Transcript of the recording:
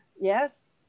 yes